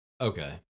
Okay